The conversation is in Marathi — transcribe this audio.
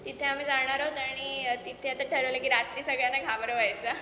तिथे आम्ही जाणार आहोत आणि तिथे आता ठरवलं आहे की रात्री सगळ्यांना घाबरवायचं